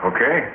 Okay